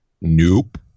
nope